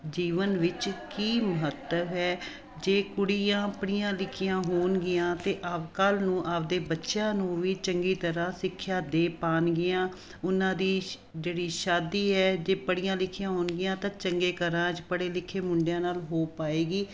ਜੀਵਨ ਵਿੱਚ ਕੀ ਮਹੱਤਵ ਹੈ ਜੇ ਕੁੜੀਆਂ ਪੜ੍ਹੀਆਂ ਲਿਖੀਆਂ ਹੋਣਗੀਆਂ ਤਾਂ ਆਪ ਕੱਲ੍ਹ ਨੂੰ ਆਪਣੇ ਬੱਚਿਆਂ ਨੂੰ ਵੀ ਚੰਗੀ ਤਰ੍ਹਾਂ ਸਿੱਖਿਆ ਦੇ ਪਾਉਣਗੀਆਂ ਉਹਨਾਂ ਦੀ ਜਿਹੜੀ ਸ਼ਾਦੀ ਹੈ ਜੇ ਪੜ੍ਹੀਆਂ ਲਿਖੀਆਂ ਹੋਣਗੀਆਂ ਤਾਂ ਚੰਗੇ ਘਰਾਂ 'ਚ ਪੜ੍ਹੇ ਲਿਖੇ ਮੁੰਡਿਆਂ ਨਾਲ ਹੋ ਪਾਵੇਗੀ